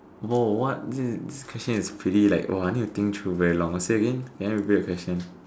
!whoa! what this question is pretty like !wah! I need to think through very long okay say again can you repeat your question